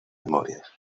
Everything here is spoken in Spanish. memorias